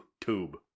tube